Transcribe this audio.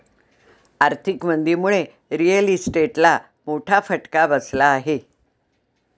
आर्थिक मंदीमुळे रिअल इस्टेटला मोठा फटका बसला आहे